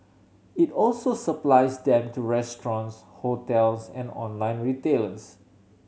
it also supplies them to restaurants hotels and online retailers